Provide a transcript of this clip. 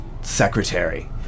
secretary